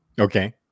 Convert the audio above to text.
Okay